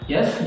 Yes